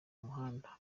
muhanda